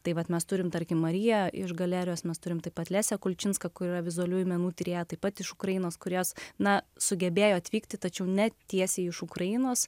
tai vat mes turime tarkim mariją iš galerijos mes turime taip pat lesią kučinską kurio vizualiųjų menų tyrėjai taip pat iš ukrainos korėjos na sugebėjo atvykti tačiau ne tiesiai iš ukrainos